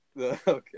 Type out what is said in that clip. Okay